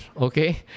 Okay